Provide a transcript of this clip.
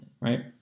right